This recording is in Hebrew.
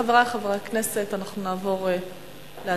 חברי חברי הכנסת, אנחנו נעבור להצבעה.